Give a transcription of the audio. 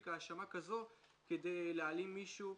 מספיקה האשמה כזו כדי להעלים מישהו.